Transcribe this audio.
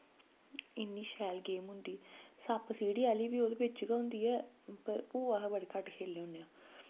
इन्नी शैल गेम होंदी सप्प सीढ़ी आह्ली बी ओह्दे बिच्च गै होंदी ऐ पर ओह् अस बड़ी घट्ट खेलने होन्ने